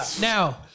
Now